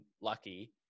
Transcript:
lucky